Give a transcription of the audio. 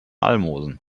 almosen